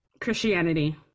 Christianity